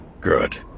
Good